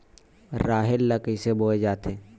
राहेर ल कइसे बोय जाथे?